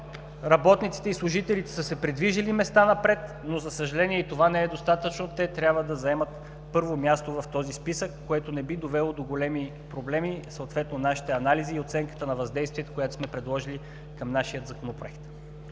Работниците и служителите са се придвижили места напред, но, за съжаление, и това не е достатъчно. Те трябва да заемат първо място в този списък, което не би довело до големи проблеми, съответно нашите анализи и оценката на въздействието, която сме предложили към нашия Законопроект.